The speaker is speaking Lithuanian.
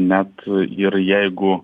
net ir jeigu